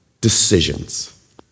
decisions